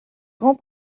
grand